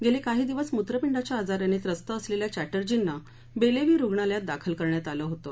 गेले काहि दिवस मूत्रपिंडाच्या आजारानं त्रस्त असलेल्या चेटर्जींना बेले व्ह्य रुग्णालयात दाखल करण्यात आलं होतं